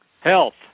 health